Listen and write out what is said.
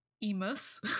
Emus